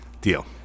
deal